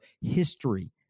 history